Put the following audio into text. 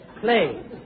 Play